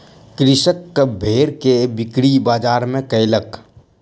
कृषक भेड़ के बिक्री बजार में कयलक